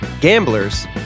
Gamblers